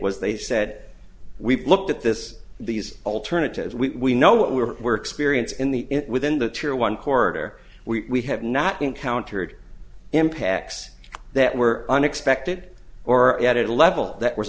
was they said we've looked at this these alternatives we know what we were experience in the within the tear one quarter we have not encountered impacts that were unexpected or at a level that was